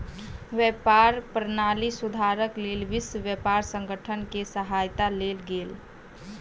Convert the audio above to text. व्यापार प्रणाली सुधारक लेल विश्व व्यापार संगठन के सहायता लेल गेल